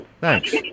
thanks